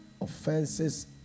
Offenses